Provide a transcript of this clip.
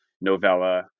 novella